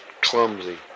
clumsy